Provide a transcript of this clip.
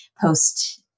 post